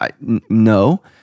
No